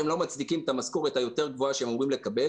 הם לא מצדיקים את המשכורת הגבוהה יותר שהם אמורים לקבל,